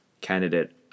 candidate